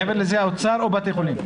מעבר לזה האוצר או בתי החולים?